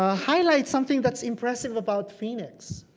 ah highlight something that's impressive about phoenix.